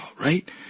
right